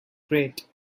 great